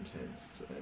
intense